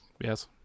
Yes